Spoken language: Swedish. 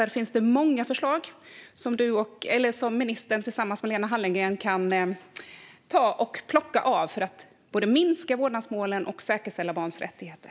Där finns det många förslag som ministern tillsammans med Lena Hallengren kan ta och plocka av för att både minska antalet vårdnadsmål och säkerställa barns rättigheter.